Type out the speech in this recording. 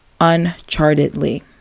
unchartedly